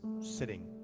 sitting